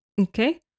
okay